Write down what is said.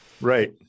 Right